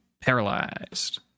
paralyzed